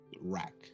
Rack